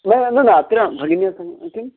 न न न अत्र भगिन्या सह किम्